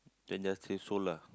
then just say so lah